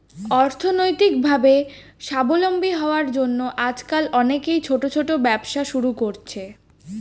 অর্থনৈতিকভাবে স্বাবলম্বী হওয়ার জন্য আজকাল অনেকেই ছোট ছোট ব্যবসা শুরু করছে